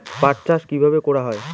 পাট চাষ কীভাবে করা হয়?